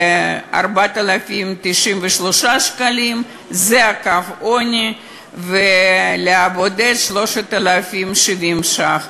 4,093 שקלים, זה קו העוני, ולבודד, 3,070 ש"ח.